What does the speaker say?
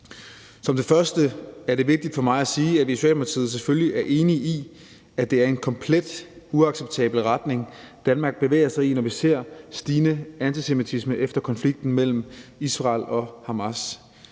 Som det første er det vigtigt for mig at sige, at vi i Socialdemokratiet selvfølgelig er enige i, at det er en komplet uacceptabel retning, Danmark bevæger sig i, når vi ser stigende antisemitisme efter konflikten mellem Israel og Hamas.